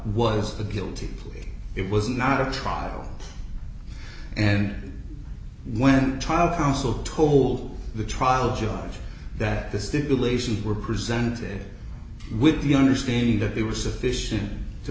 was a guilty plea it was not a trial and when trial found so told the trial judge that the stipulations were presented with the understanding that they were sufficient to